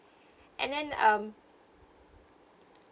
and then um